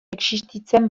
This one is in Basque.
existitzen